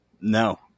no